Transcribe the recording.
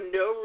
no